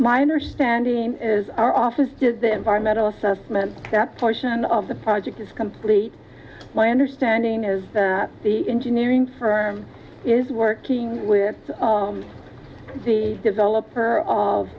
understanding is our office did the environmental assessment that portion of the project is complete my understanding is the engineering firm is working with the developer of